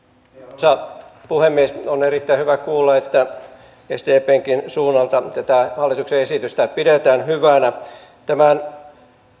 arvoisa puhemies on erittäin hyvä kuulla että sdpnkin suunnalta tätä hallituksen esitystä pidetään hyvänä tämän